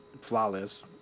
flawless